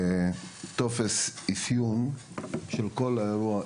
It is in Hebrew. טופס איפיון של כל האירוע,